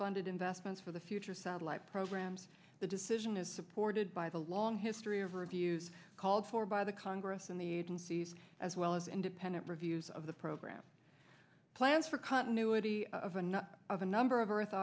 funded investments for the future satellite programs the decision is supported by the long history of reviews called for by the congress and the agencies as well as independent reviews of the program plans for continuity of another of a number of earth